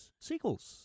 sequels